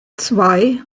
zwei